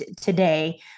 today